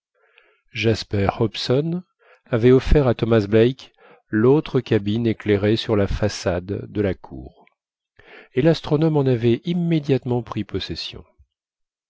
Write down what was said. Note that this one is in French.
jasper hobson avait offert à thomas black l'autre cabine éclairée sur la façade de la cour et l'astronome en avait immédiatement pris possession